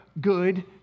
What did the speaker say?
good